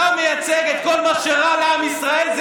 אתה מייצג את כל מה שרע לעם ישראל.